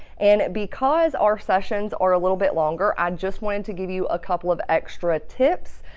and because our sessions are a little bit longer, i just want to give you a couple of extra tips.